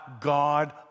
God